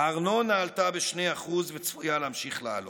הארנונה עלתה ב-2% וצפויה להמשיך לעלות,